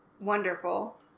wonderful